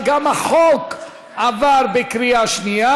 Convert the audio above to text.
וגם החוק עבר בקריאה שנייה.